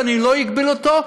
ואני לא אגביל אותו,